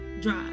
drive